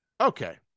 Okay